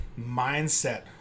mindset